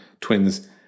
Twins